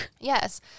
Yes